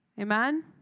Amen